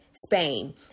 Spain